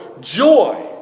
joy